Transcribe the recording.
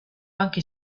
anche